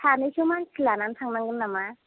सानैसो मानसि लानानै थांनांगोन नामा